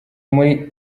muri